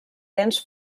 dents